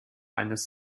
eines